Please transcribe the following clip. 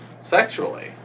sexually